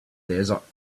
desert